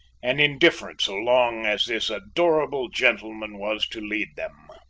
and indifferent so long as this adorable gentleman was to lead them.